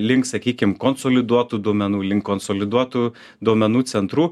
link sakykim konsoliduotų duomenų link konsoliduotų duomenų centrų